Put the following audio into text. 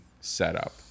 setup